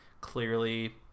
clearly